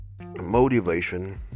motivation